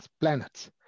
planets